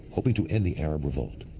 hoping to end the arab revolt,